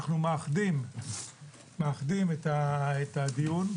אנחנו מאחדים את הדיון.